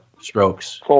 strokes